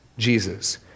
Jesus